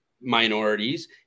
minorities